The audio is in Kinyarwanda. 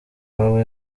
waba